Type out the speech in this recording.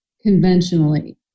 conventionally